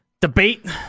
debate